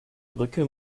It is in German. brücke